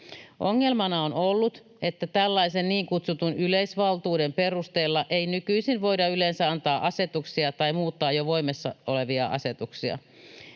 Ongelmana on ollut, että tällaisen niin kutsutun yleisvaltuuden perusteella ei nykyisin voida yleensä antaa asetuksia tai muuttaa jo voimassa olevia asetuksia.